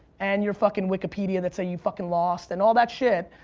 and your fucking wikipedia that say you fucking lost, and all that shit,